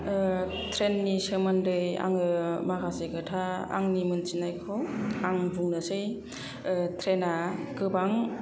train नि सोमोन्दै आङो माखासे खोथा आंनि मिथिनायखौ आं बुंनोसै ट्रेना गोबां